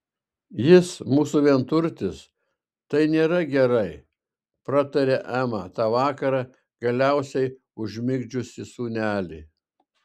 jis mūsų vienturtis tai nėra gerai pratarė ema tą vakarą galiausiai užmigdžiusi sūnelį